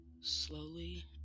slowly